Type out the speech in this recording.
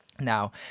Now